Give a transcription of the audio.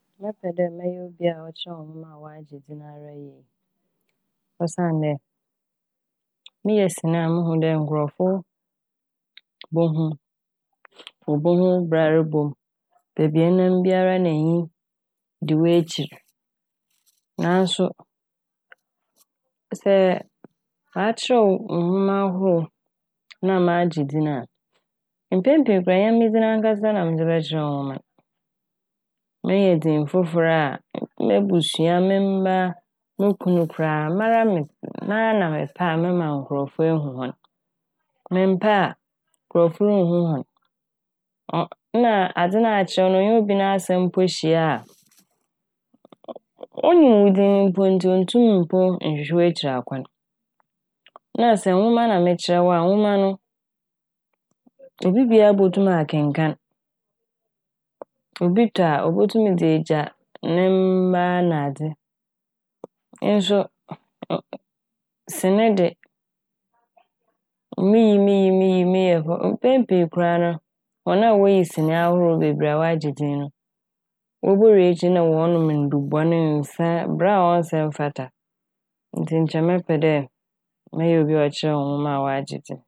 Mɛpɛ dɛ mɛyɛ obi a ɔkyerɛw nwoma a ɔagye dzin ara yie osiandɛ meyɛ sene a mohu dɛ nkorɔfo bohu wobohu bra a ɛrobɔ, beebi a ɛnam bi a na enyi di w'ekyir naaso sɛ makyerɛw nwoma ahorow na magye dzin a mpɛn pii koraa nnyɛ me dzin ankasa na medze bɛkyerɛw nwoma no. Menya dzin fofor a m'ebusua, me mba, mo kun koraa, mara me-mara na mepɛ a mɛma nkorɔfo ehu hɔn. Memmpɛ a nkorɔfo runnhu hɔn ɔn - na a adze no a akyerɛw no ɔnye obi n'asɛm mpo hyia a onnyim wo dzin mpo ntsi onntum mpo nnhwehwɛ w'ekyir akwan. Na sɛ nwoma na mekyerɛw a nwoma no obi biara botum akenkan. Obi tɔ a obotum dze egya a ne m-mba nadze nso ɔ- sene de miyi miyi miyi miyi mpɛn pii koraa no hɔn a woyi sene ahorow bebree a wɔagye dzin no wobowie ekyir no na wɔronom ndubɔn, nsa a, bra a ɔnnsɛ mfata ntsi nkyɛ mɛpɛ dɛ mɛyɛ obi a ɔkyerɛw nwoma a ɔagye dzin.